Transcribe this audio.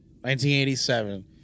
1987